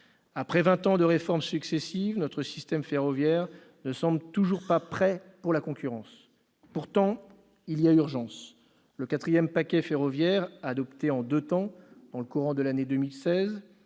Après vingt ans de réformes successives, notre système ferroviaire ne semble toujours pas prêt pour la concurrence. Pourtant, il y a urgence. Le quatrième paquet ferroviaire, adopté en deux temps dans le courant de l'année 2016,